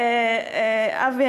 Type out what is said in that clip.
אבי,